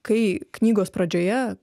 kai knygos pradžioje